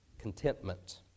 contentment